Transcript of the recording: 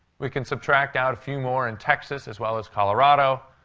we can subtract out a few more in texas as well as colorado.